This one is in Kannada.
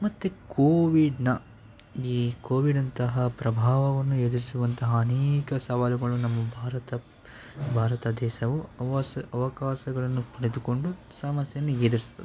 ಮತ್ತು ಕೋವಿಡ್ನ ಈ ಕೋವಿಡಂತಹ ಪ್ರಭಾವವನ್ನು ಎದುರಿಸುವಂತಹ ಅನೇಕ ಸವಾಲುಗಳು ನಮ್ಮ ಭಾರತ ಭಾರತ ದೇಶವು ಅವಸ ಅವಕಾಶಗಳನ್ನು ಪಡೆದುಕೊಂಡು ಸಮಸ್ಯೆಯನ್ನು ಎದುರಿಸ್ತದೆ